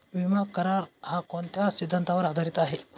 विमा करार, हा कोणत्या सिद्धांतावर आधारीत आहे?